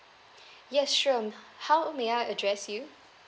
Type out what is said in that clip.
yes sure mm how may I address you